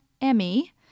Emmy